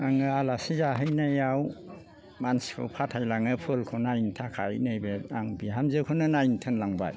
आङो आलासि जाहैनायाव मानसिखौ फाथायलांनो फुलखौ नायनो थाखाय नैबे आं बिहामजोफोरनो नायनो थोनलांबाय